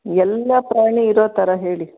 ಎಲ್ಲ ಪ್ರಾಣಿ ಇರೋ ಥರ ಹೇಳಿ